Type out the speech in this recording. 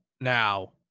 now